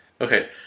Okay